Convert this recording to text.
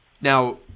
Now